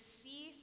see